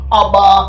aba